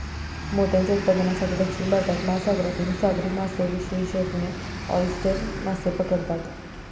मोत्यांच्या उत्पादनासाठी, दक्षिण भारतात, महासागरातून सागरी मासेविशेषज्ञ ऑयस्टर मासे पकडतात